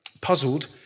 Puzzled